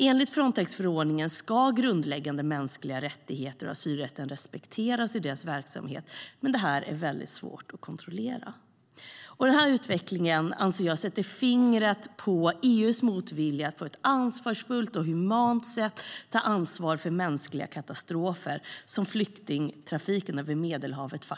Enligt Frontexförordningen ska grundläggande mänskliga rättigheter och asylrätten respekteras i dess verksamhet, men det är väldigt svårt att kontrollera. Jag anser att utvecklingen sätter fingret på EU:s motvilja att på ett ansvarsfullt och humant sätt ta ansvar för mänskliga katastrofer, vilket faktiskt är vad flyktingtrafiken över Medelhavet är.